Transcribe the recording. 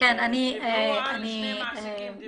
דיברו על שני מעסיקים,